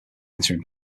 entering